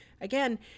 Again